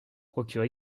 procure